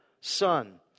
son